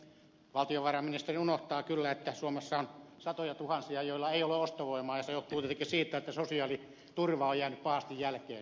valtiovarainministeri unohtaa kyllä että suomessa on satojatuhansia joilla ei ole ostovoimaa ja se johtuu tietenkin siitä että sosiaaliturva on jäänyt pahasti jälkeen